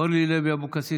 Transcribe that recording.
אורלי לוי אבקסיס,